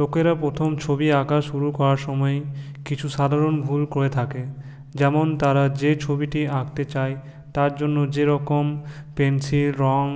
লোকেরা প্রথম ছবি আঁকা শুরু করার সময়ে কিছু সাধারণ ভুল করে থাকে যেমন তারা যে ছবিটি আঁকতে চায় তার জন্য যে রকম পেন্সিল রঙ